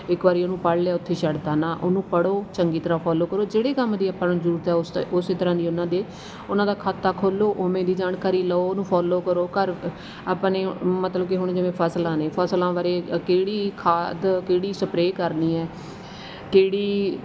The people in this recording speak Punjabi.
ਇੱਕ ਵਾਰ ਉਹਨੂੰ ਪੜ੍ਹ ਲਿਆ ਉੱਥੇ ਹੀ ਛੱਡ ਦਿੱਤਾ ਨਾ ਉਹਨੂੰ ਪੜ੍ਹੋ ਚੰਗੀ ਤਰ੍ਹਾਂ ਫੋਲੋ ਕਰੋ ਜਿਹੜੇ ਕੰਮ ਦੀ ਆਪਾਂ ਨੂੰ ਜ਼ਰੂਰਤ ਹੈ ਉਸ ਤ ਉਸ ਤਰ੍ਹਾਂ ਦੀ ਉਨ੍ਹਾਂ ਦੇ ਉਨ੍ਹਾਂ ਦਾ ਖਾਤਾ ਖੋਲ੍ਹੋ ਉਵੇਂ ਦੀ ਜਾਣਕਾਰੀ ਲਓ ਉਹਨੂੰ ਫੋਲੋ ਕਰੋ ਘਰ ਆਪਾਂ ਨੇ ਮਤਲਬ ਕਿ ਹੁਣ ਜਿਵੇਂ ਫ਼ਸਲਾਂ ਨੇ ਫ਼ਸਲਾਂ ਬਾਰੇ ਕਿਹੜੀ ਖਾਦ ਕਿਹੜੀ ਸਪਰੇਅ ਕਰਨੀ ਹੈ ਕਿਹੜੀ